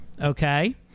okay